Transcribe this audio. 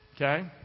Okay